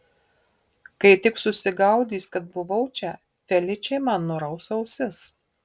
kai tik susigaudys kad buvau čia feličė man nuraus ausis